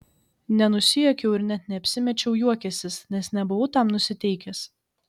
nenusijuokiau ir net neapsimečiau juokiąsis nes nebuvau tam nusiteikęs